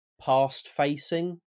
past-facing